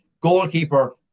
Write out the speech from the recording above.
Goalkeeper